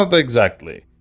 ah but exactly.